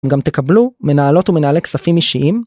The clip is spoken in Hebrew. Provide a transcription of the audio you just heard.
גם תקבלו מנהלות ומנהלי כספים אישיים.